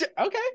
Okay